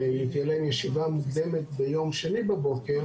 שתהיה להם ישיבה מוקדמת ביום שני בבוקר.